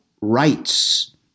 rights